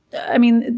i mean,